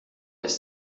ist